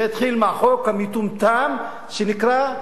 זה התחיל מהחוק המטומטם שאסור,